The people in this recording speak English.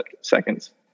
seconds